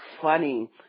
funny